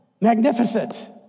magnificent